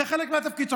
זה חלק מהתפקיד שלו,